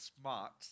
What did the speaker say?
smart